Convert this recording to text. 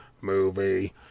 movie